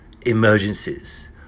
emergencies